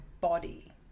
body